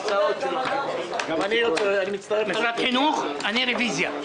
ההעברה של משרד החינוך אני מבקש רוויזיה.